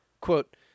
Quote